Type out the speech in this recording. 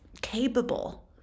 capable